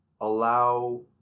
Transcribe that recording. allow